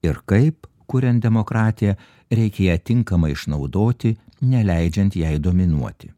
ir kaip kuriant demokratiją reikia ją tinkamai išnaudoti neleidžiant jai dominuoti